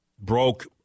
Broke